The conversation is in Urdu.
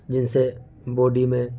جن سے بوڈی میں